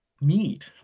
need